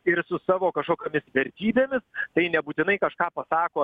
ir su savo kažkokiomis vertybėmis tai nebūtinai kažką pasako